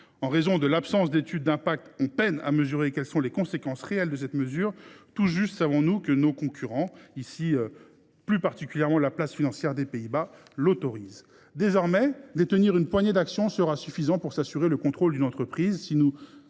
En raison de l’absence d’étude d’impact, on peine à mesurer quelles seront les conséquences réelles de cette mesure. Tout juste savons nous que notre principal concurrent, en l’occurrence la place financière des Pays Bas, autorise ces actions. Désormais, détenir une poignée d’actions sera suffisant pour s’assurer le contrôle d’une entreprise.